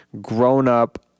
grown-up